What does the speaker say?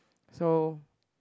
so